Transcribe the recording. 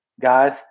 guys